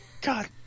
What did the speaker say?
God